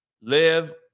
Live